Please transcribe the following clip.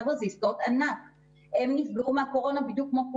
חבר'ה, זה עסקאות ענק.